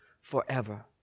forever